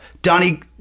Donnie